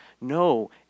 No